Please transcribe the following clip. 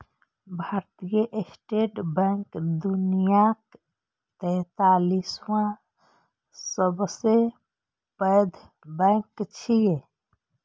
भारतीय State Bank दुनियाक तैंतालिसवां सबसं पैघ बैंक छियै